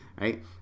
right